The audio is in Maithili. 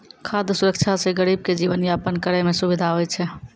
खाद सुरक्षा से गरीब के जीवन यापन करै मे सुविधा होय छै